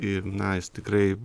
į na jis tikrai